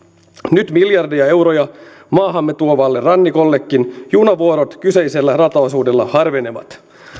nyt miljardeja euroja maahamme tuovalla rannikollakin junavuorot kyseisellä rataosuudella harvenevat